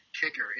kicker